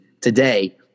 today